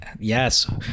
yes